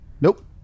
Nope